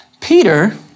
Peter